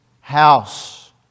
house